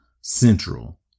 Central